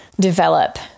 develop